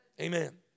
Amen